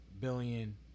billion